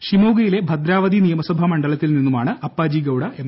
ഷിമോഗയിലെ ഭദ്രാവതി നിയമസഭാ മുണ്ട്ട്ടല്ത്തിൽ നിന്നുമാണ് അപ്പാജി ഗൌഡ എം